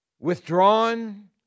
withdrawn